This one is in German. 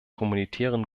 humanitären